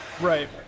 Right